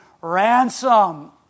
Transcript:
ransom